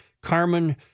Carmen